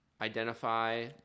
identify